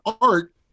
art